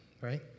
right